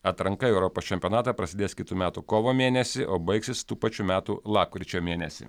atranka į europos čempionatą prasidės kitų metų kovo mėnesį o baigsis tų pačių metų lapkričio mėnesį